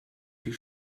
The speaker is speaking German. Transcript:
die